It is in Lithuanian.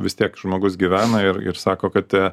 vis tiek žmogus gyvena ir ir sako kad e